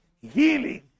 healing